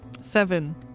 Seven